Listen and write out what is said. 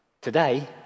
Today